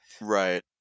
Right